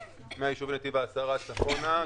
מהיישוב נתיב העשרה צפונה,